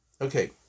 Okay